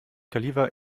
khalifa